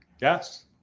Yes